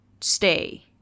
stay